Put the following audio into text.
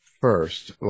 first